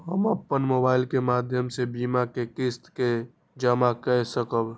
हम अपन मोबाइल के माध्यम से बीमा के किस्त के जमा कै सकब?